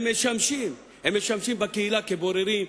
הם משמשים בקהילה כבוררים,